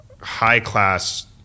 high-class